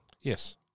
Yes